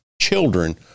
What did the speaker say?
children